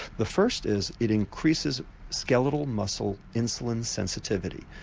the first is it increases skeletal muscle insulin sensitivity,